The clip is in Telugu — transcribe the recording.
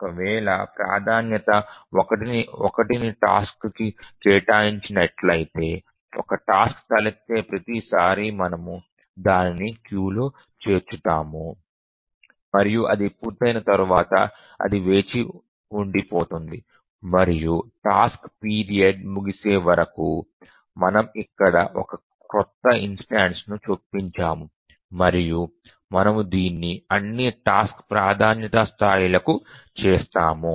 ఒక వేళ ప్రాధాన్యత 1ని టాస్క్ కి కేటాయించినట్లయితే ఒక టాస్క్ తలెత్తిన ప్రతి సారీ మనము దానిని క్యూలో చేర్చుతాము మరియు అది పూర్తయిన తర్వాత అది వేచి ఉండిపోతుంది మరియు టాస్క్ పీరియడ్ ముగిసే వరకు మనము ఇక్కడ ఒక క్రొత్త ఇన్స్టెన్సును చొప్పించాము మరియు మనము దీన్ని అన్ని టాస్క్ ప్రాధాన్యత స్థాయలకు చేస్తాము